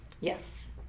yes